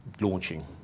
launching